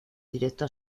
directo